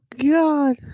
God